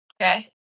Okay